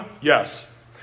Yes